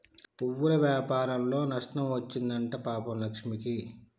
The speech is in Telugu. పువ్వుల వ్యాపారంలో నష్టం వచ్చింది అంట పాపం లక్ష్మికి